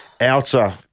outer